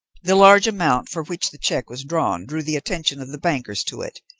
the large amount for which the cheque was drawn drew the attention of the bankers to it,